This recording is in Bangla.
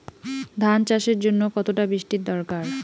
ধান চাষের জন্য কতটা বৃষ্টির দরকার?